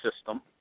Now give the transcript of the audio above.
system